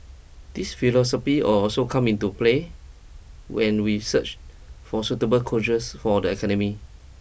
this philosophy will also come into play when we search for suitable coaches for the academy